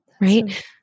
Right